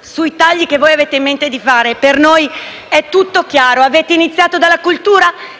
sui tagli che voi avete in mente di fare per noi è tutto chiaro. Avete iniziato dalla cultura,